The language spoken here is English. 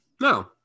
No